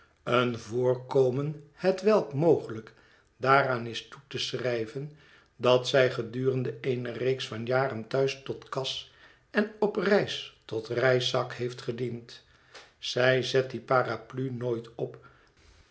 een voorkomen hetwelk mogelijk daaraan is toe te schrijven dat zij gedurende eene reeks van jaren thuis tot kas en op reis tot reiszak heeft gediend zij zet die paraplu nooit op